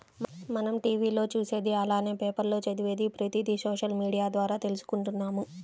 మనం టీవీ లో చూసేది అలానే పేపర్ లో చదివేది ప్రతిది సోషల్ మీడియా ద్వారా తీసుకుంటున్నాము